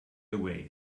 away